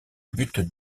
but